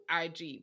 IG